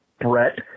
Brett